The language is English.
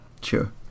Sure